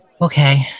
Okay